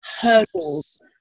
hurdles